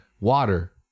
water